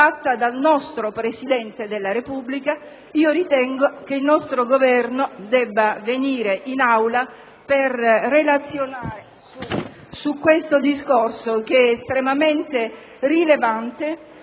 fatta dal nostro Presidente della Repubblica, ritengo che il Governo debba venire in Aula per relazionare su questo discorso che è estremamente rilevante,